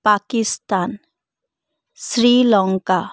Pakistan Sri Lanka